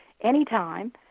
anytime